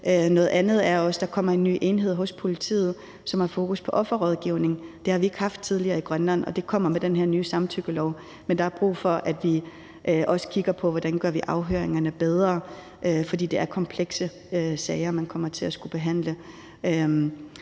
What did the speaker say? Noget andet er også, at der kommer en ny enhed hos politiet, som har fokus på offerrådgivning; det har vi ikke haft tidligere i Grønland, og det kommer med den her nye samtykkelov. Men der er brug for, at vi også kigger på, hvordan vi gør afhøringerne bedre i de der komplekse sager, man kommer til at skulle behandle.